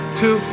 two